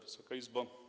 Wysoka Izbo!